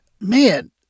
Man